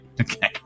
Okay